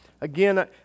Again